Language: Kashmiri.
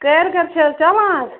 کٲرۍ گر چھِ حظ چَلان